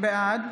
בעד